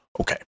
okay